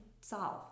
solve